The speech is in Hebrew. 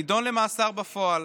נידון למאסר בפועל